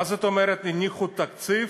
מה זאת אומרת שהניחו תקציב